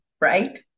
right